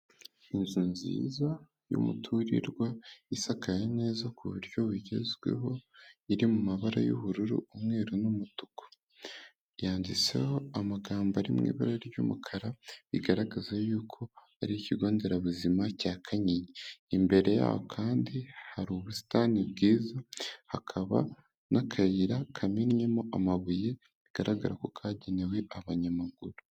Inzu nziza y'umuturirwa, isakaye neza ku buryo bugezweho, iri mu mabara y'ubururu, umweru n'umutuku, yanditseho amagambo ari mu ibara ry'umukara, bigaragaza yuko ari ikigo nderabuzima cya Kanyinya, imbere yaho kandi hari ubusitani bwiza, hakaba n'akayira kamennyemo amabuye bigaragara ko kagenewe abanyamaguru.